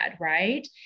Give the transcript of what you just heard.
right